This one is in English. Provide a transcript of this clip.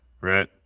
right